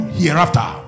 hereafter